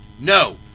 No